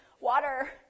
water